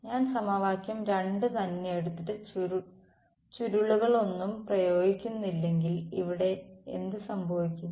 ഞാൻ സമവാക്യം 2 തന്നെ എടുത്തിട്ട് ചുരുളുകളൊന്നുംപ്രയോഗിക്കുന്നില്ലെങ്കിൽ ഇവിടെ എന്ത് സംഭവിക്കും